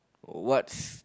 what's